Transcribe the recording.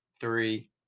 three